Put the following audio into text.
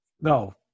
No